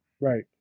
right